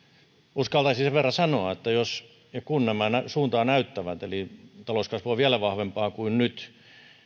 uskaltaisin sen verran sanoa että jos ja kun nämä suuntaa näyttävät eli talouskasvu on vielä vahvempaa kuin nyt